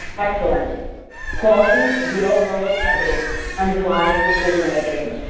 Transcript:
excellence quality, real-world evidence underlies decision making.